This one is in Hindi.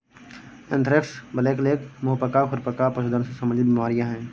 एंथ्रेक्स, ब्लैकलेग, मुंह पका, खुर पका पशुधन से संबंधित बीमारियां हैं